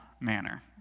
manner